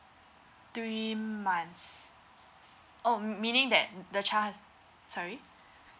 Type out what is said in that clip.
three months oh meaning that the child sorry